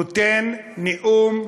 נותן נאום מאיים,